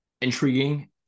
intriguing